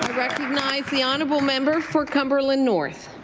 recognize the honourable member for cumberland north.